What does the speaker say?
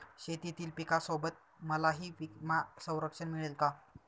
शेतीतील पिकासोबत मलाही विमा संरक्षण मिळेल का?